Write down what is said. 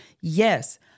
Yes